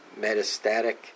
metastatic